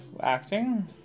acting